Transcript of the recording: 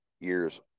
years